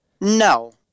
No